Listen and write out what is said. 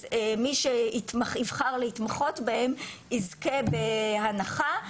אז מי שיבחר להתמחות בהם יזכה בהנחה,